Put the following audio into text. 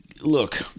look